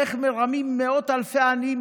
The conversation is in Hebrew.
על איך מרמים מאות אלפי עניים,